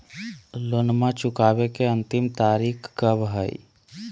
लोनमा चुकबे के अंतिम तारीख कब हय?